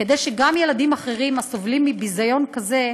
כדי שגם ילדים אחרים הסובלים מביזיון כזה,